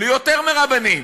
יותר מרבנים,